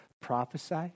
prophesy